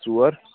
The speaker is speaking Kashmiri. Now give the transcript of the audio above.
ژور